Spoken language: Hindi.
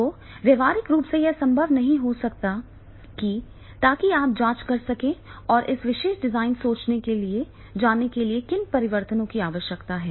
तो व्यावहारिक रूप से यह संभव नहीं हो सकता है ताकि आप जांच कर सकें और इस विशेष डिजाइन सोच के लिए जाने के लिए किन परिवर्तनों की आवश्यकता है